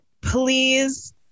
Please